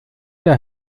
der